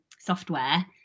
software